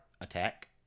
attack